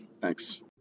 Thanks